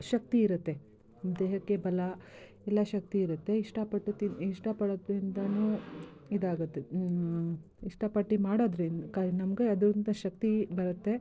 ಶಕ್ತಿ ಇರುತ್ತೆ ದೇಹಕ್ಕೆ ಬಲ ಎಲ್ಲ ಶಕ್ತಿ ಇರುತ್ತೆ ಇಷ್ಟಪಟ್ಟು ತಿನ್ನು ಇಷ್ಟಪಡೊದ್ರಿಂದಲೂ ಇದಾಗುತ್ತೆ ಇಷ್ಟಪಟ್ಟು ಮಾಡೋದ್ರಿಂದ ಕ ನಮಗೆ ಅದರಿಂದ ಶಕ್ತಿ ಬರುತ್ತೆ